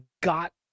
got